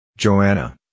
Joanna